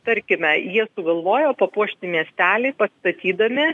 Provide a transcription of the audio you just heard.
tarkime jie sugalvojo papuošti miestelį pastatydami